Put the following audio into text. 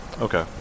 Okay